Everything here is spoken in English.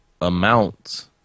Amount